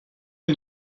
les